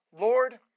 Lord